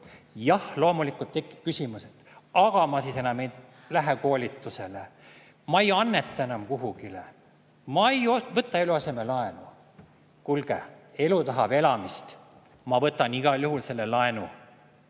Jah, loomulikult tekib küsimus, et ma siis enam ei lähe koolitusele, ma ei anneta enam kuhugi, ma ei võta eluasemelaenu. Kuulge, elu tahab elamist! Ma võtan igal juhul selle laenu.